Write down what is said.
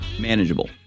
manageable